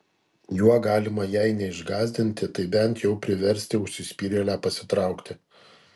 juo galima jei neišgąsdinti tai bent jau priversti užsispyrėlę pasitraukti